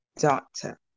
doctor